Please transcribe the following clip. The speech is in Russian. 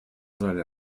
зале